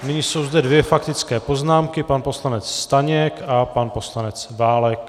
Nyní jsou zde dvě faktické poznámky, pan poslanec Staněk a pan poslanec Válek.